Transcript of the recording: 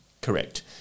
Correct